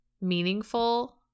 meaningful